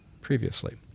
previously